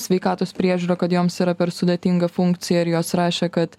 sveikatos priežiūra kad joms yra per sudėtinga funkcija ir jos rašė kad